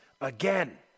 again